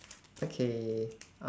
okay uh